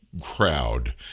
crowd